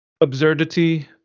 absurdity